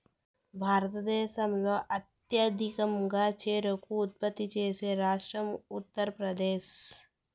భారతదేశంలో అత్యధికంగా చెరకు ఉత్పత్తి చేసే రాష్ట్రం ఉత్తరప్రదేశ్